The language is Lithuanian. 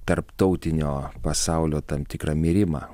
tarptautinio pasaulio tam tikrą mirimą